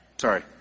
Sorry